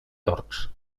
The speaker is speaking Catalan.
tords